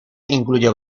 incluye